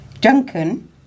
Duncan